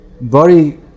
bori